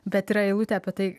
bet yra eilutė apie tai